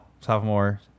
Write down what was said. sophomore